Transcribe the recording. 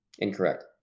Incorrect